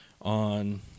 on